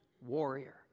warrior